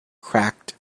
cracked